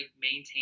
maintain